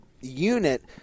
unit